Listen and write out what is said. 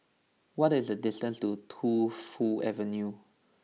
what is the distance to Tu Fu Avenue